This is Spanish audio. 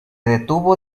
detuvo